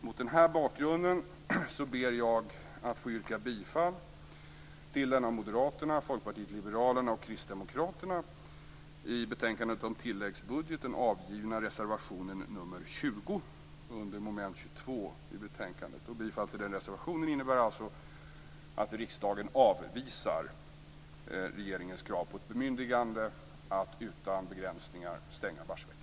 Mot den här bakgrunden ber jag att få yrka bifall till den av Moderaterna, Folkpartiet liberalerna och